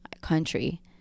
country